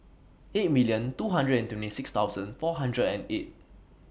eight million two hundred and twenty six thousand four hundred and eight